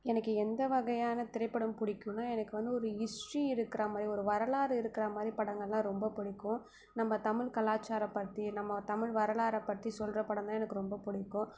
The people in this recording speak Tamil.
எனக்கு எந்த வகையான திரைப்படம் பிடிக்குன்னா எனக்கு வந்து ஒரு ஹிஸ்ட்ரி இருக்கிற மாதிரி ஒரு வரலாறு இருக்கிற மாதிரி படங்கன்னால் ரொம்ப பிடிக்கும் நம்ம தமிழ் கலாச்சாரம் பற்றி நம்ம தமிழ் வரலாறை பற்றி சொல்கிற படம்ன்னா எனக்கு ரொம்ப பிடிக்கும்